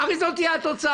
הרי זאת תהיה התוצאה,